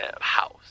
house